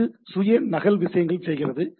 எனவே இது சுய நகல் விஷயங்கள் செய்கிறது